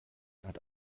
hat